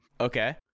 Okay